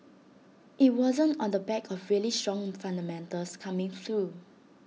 IT wasn't on the back of really strong fundamentals coming through